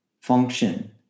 function